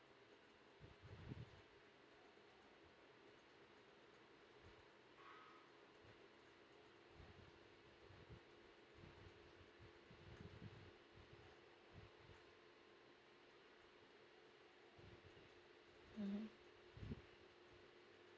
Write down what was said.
mmhmm